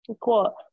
Cool